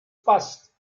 passt